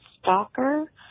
stalker